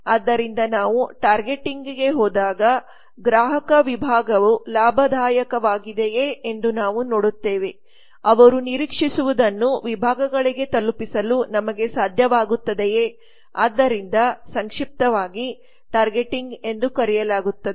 ಆದ್ದರಿಂದ ನಾವು ಟಾರ್ಗೆಟಿಂಗ್ಗೆ ಹೋದಾಗ ಗ್ರಾಹಕ ವಿಭಾಗವು ಲಾಭದಾಯಕವಾಗಿದೆಯೆ ಎಂದು ನಾವು ನೋಡುತ್ತೇವೆ ಅವರು ನಿರೀಕ್ಷಿಸುವದನ್ನು ವಿಭಾಗಗಳಿಗೆ ತಲುಪಿಸಲು ನಮಗೆ ಸಾಧ್ಯವಾಗುತ್ತದೆಯೇ ಆದ್ದರಿಂದ ಸಂಕ್ಷಿಪ್ತವಾಗಿ 2310 ಟಾರ್ಗೆಟಿಂಗ್ ಎಂದು ಕರೆಯಲಾಗುತ್ತದೆ